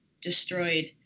destroyed